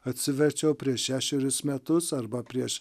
atsiverčiau prieš šešerius metus arba prieš